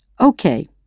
Okay